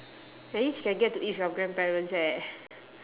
at least you can get to eat with your grandparents eh